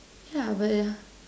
yeah but yeah